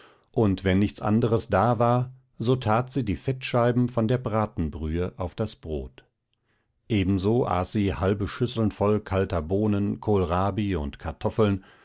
und wenn nichts anderes da war so tat sie die fettscheiben von der bratenbrühe auf das brot ebenso aß sie halbe schüsseln voll kalter bohnen kohlrabi und kartoffeln